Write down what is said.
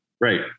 Right